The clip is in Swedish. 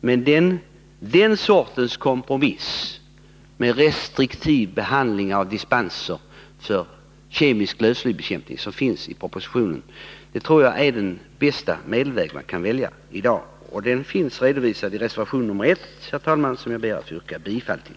Men den sorts kompromiss med en restriktiv behandling och dispenser för kemisk lövslybekämpning som föreslås i propositionen tror jag är den bästa medelväg som vi kan följa i dag. Och den finns, herr talman, redovisad i reservation 1, som jag ber att få yrka bifall till.